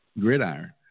gridiron